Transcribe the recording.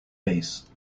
bass